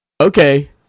Okay